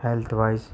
health wise